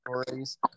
stories